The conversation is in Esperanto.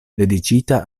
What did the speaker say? dediĉita